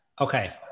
Okay